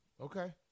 Okay